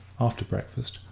after breakfast,